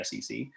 SEC